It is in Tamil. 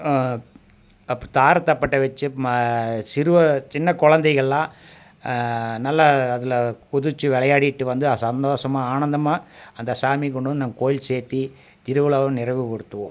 தாரத்தப்பட்டை வச்சு சிறுவர் சின்ன குழந்தைங்கெல்லாம் நல்லா அதில் குதித்து விளையாடிட்டு வந்து சந்தோஷமாக ஆனந்தமாக அந்த சாமி கொண்டு வந்து நம் கோவில் சேர்த்து திருவிழாவை நிறைவுப்படுத்துவோம்